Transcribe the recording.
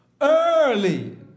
Early